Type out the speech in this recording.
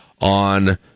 on